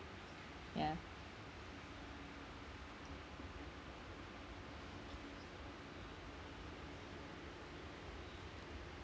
ya